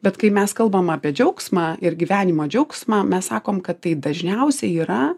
bet kai mes kalbam apie džiaugsmą ir gyvenimo džiaugsmą mes sakom kad tai dažniausiai yra